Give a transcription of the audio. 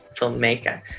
filmmaker